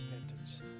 repentance